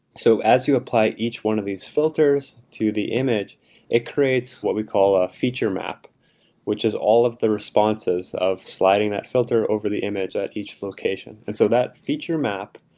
so as you apply each one of these filters to the image it creates what we call a feature a map which is all of the responses of sliding that filter over the image at each location. and so that feature map,